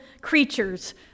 creatures